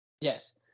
Yes